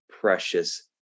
precious